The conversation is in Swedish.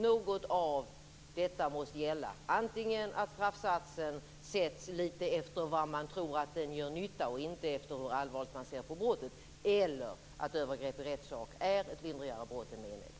Något av detta måste gälla: Antingen att straffsatsen sätts litet grand efter vad man tror att den gör för nytta, inte efter hur allvarligt man ser på brottet, eller att övergrepp i rättssak är ett lindrigare brott än mened.